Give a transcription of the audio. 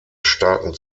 starken